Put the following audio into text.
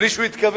בלי שהוא התכוון,